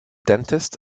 dentist